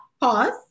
pause